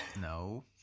no